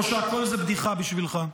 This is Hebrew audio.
או שהכול בדיחה בשבילך?